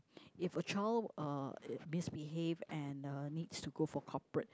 if a child uh misbehave and uh needs to go for corporate